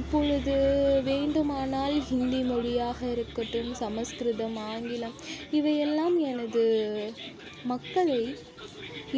இப்பொழுது வேண்டுமானால் ஹிந்தி மொழியாக இருக்கட்டும் சமஸ்கிருதம் ஆங்கிலம் இவையெல்லாம் எனது மக்களை